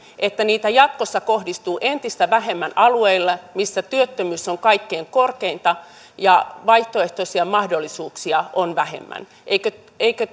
että niitä jatkossa kohdistuu entistä vähemmän alueille missä työttömyys on kaikkein korkeinta ja vaihtoehtoisia mahdollisuuksia on vähemmän eikö eikö